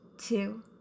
two